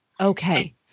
Okay